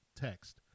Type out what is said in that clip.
text